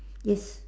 yes